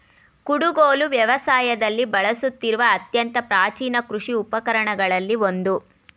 ಕುಡುಗೋಲು ವ್ಯವಸಾಯದಲ್ಲಿ ಬಳಸುತ್ತಿರುವ ಅತ್ಯಂತ ಪ್ರಾಚೀನ ಕೃಷಿ ಉಪಕರಣಗಳಲ್ಲಿ ಒಂದು